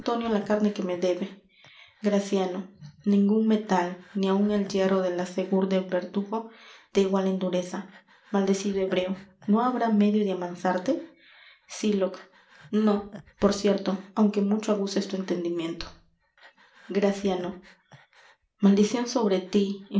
la carne que me debe graciano ningun metal ni áun el hierro de la segur del verdugo te iguala en dureza maldecido hebreo no habrá medio de amansarte sylock no por cierto aunque mucho aguces tu entendimiento graciano maldicion sobre tí